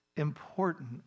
important